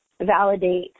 validate